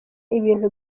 ibintu